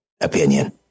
opinion